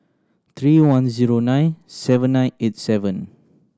three ten zero nine seven nine eight seven